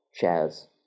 chairs